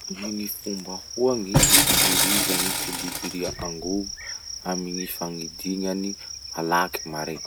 Amy fomba ahoa gny hitarizan'ny kolibria angovo aminn'ny fanidinany malaky mare?